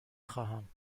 خواهم